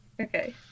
Okay